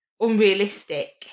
unrealistic